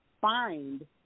find